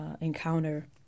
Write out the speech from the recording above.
encounter